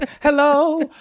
Hello